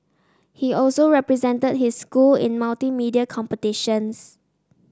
he also represented his school in multimedia competitions